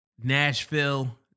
Nashville